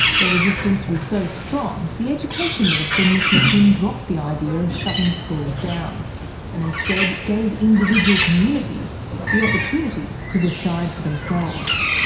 the resistance was so strong the education minister nick mckim dropped the idea of shutting schools down and instead gave individual communities the opportunity to decide for themselves.